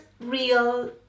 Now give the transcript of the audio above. real